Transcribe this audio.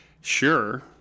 sure